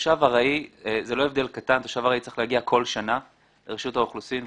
תושב ארעי צריך להגיע כל שנה לרשות האוכלוסין,